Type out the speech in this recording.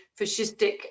fascistic